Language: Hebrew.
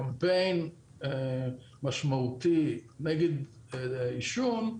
קמפיין משמעותי נגד עישון,